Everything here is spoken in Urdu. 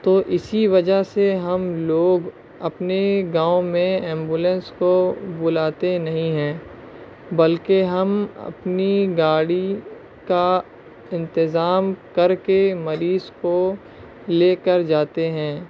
تو اسی وجہ سے ہم لوگ اپنے گاؤں میں ایمبولنس کو بلاتے نہیں ہیں بلکہ ہم اپنی گاڑی کا انتظام کر کے مریض کو لے کر جاتے ہیں